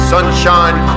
Sunshine